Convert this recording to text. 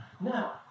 Now